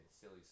silly